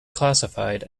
classified